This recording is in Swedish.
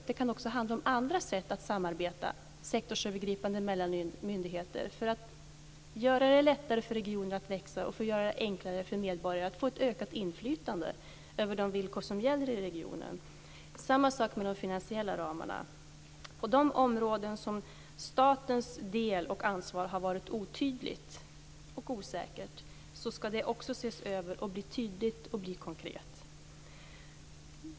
Men det kan också handla om andra sätt att samarbeta sektorsövergripande mellan myndigheter; detta för att göra det lättare för regioner att växa och för att göra det enklare för medborgarna att få ett ökat inflytande över de villkor som gäller i regionen. På samma sätt är det med de finansiella ramarna. På de områden där statens del och ansvar har varit otydligt och osäkert ska en översyn göras. Det ska bli tydligt och konkret.